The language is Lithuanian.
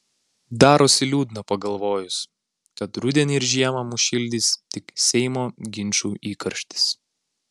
darosi liūdna pagalvojus kad rudenį ir žiemą mus šildys tik seimo ginčų įkarštis